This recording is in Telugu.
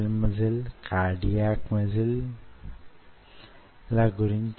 ఆ మందం యెందుకు ముఖ్యమైనదో నేను మీకు వివరిస్తాను